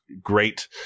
great